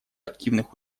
активных